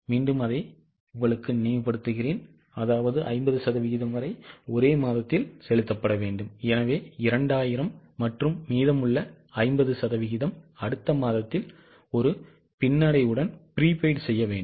எனவே 2000 மற்றும் மீதமுள்ள 50 சதவிகிதம் அடுத்த மாதத்தில் ஒரு பின்னடைவுடன் ப்ரீபெய்ட் செய்ய வேண்டும்